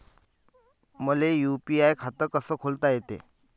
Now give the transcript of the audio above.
मले यू.पी.आय खातं कस खोलता येते?